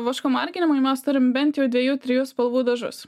vašku marginimui mes turim bent dviejų trijų spalvų dažus